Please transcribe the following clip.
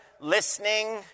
listening